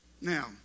Now